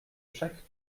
chaque